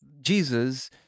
Jesus